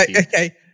Okay